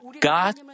God